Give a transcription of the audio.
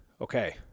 okay